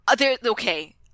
Okay